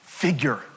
figure